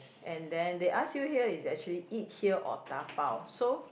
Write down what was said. and then they ask you here is actually eat here or dabao so